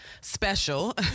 special